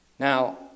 Now